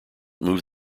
moved